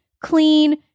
clean